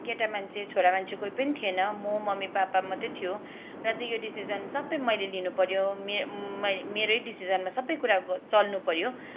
केटा मान्छे छोरा मान्छे कोही पनि थिएन म मम्मी पापा मात्रै थियो र चाहिँ यो डिसिसन सबै मैले लिनुपर्यो मे मै मेरै डिसिसनमा सबै कुरा अब चल्नुपर्यो